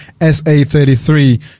SA33